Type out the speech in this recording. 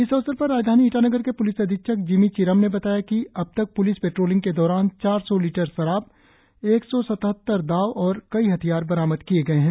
इस अवसर पर राजधानी ईटानगर के प्लिस अधीक्षक जिमी चिराम ने बताया कि अब तक प्लिस पेट्रोलिंग के दौरान चार सौ लीटर शराब एक सौ सतहत्तर दाव और कई हथियार बरामद किए गए है